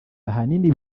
ahanini